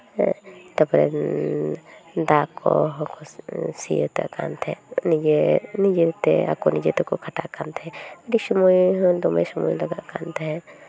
ᱦᱮᱸ ᱛᱟᱨᱯᱚᱨᱮ ᱫᱟᱜ ᱠᱚ ᱥᱤᱭᱟᱛ ᱠᱟᱜ ᱛᱟᱦᱮᱱ ᱱᱤᱡᱮ ᱛᱮ ᱟᱠᱚ ᱱᱤᱡᱮ ᱛᱮᱠᱚ ᱠᱷᱟᱴᱟᱜ ᱠᱟᱱ ᱛᱟᱦᱮᱸᱜ ᱟᱹᱰᱤ ᱥᱚᱢᱚᱭ ᱫᱚ ᱫᱚᱢᱮ ᱥᱚᱢᱚᱭ ᱞᱟᱜᱟᱜ ᱠᱟᱱ ᱛᱟᱦᱮᱸᱜ